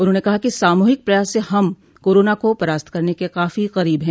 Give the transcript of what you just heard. उन्होंने कहा कि सामूहिक प्रयास से हम कोरोना को परास्त करने के काफो करीब है